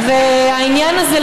העניין הזה,